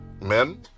men